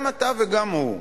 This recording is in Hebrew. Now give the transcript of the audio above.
גם אתה וגם הוא.